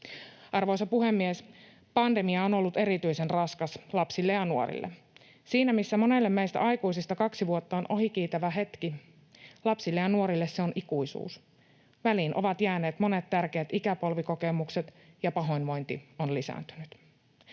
Arvoisa puhemies! Pandemia on ollut erityisen raskas lapsille ja nuorille. Siinä missä monelle meistä aikuisista kaksi vuotta on ohikiitävä hetki, lapsille ja nuorille se on ikuisuus. Väliin ovat jääneet monet tärkeät ikäpolvikokemukset, ja pahoinvointi on lisääntynyt.